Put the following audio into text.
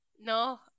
No